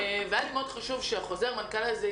כי היה לי חשוב מאוד שחוזר המנכ"ל המחדד